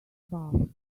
bath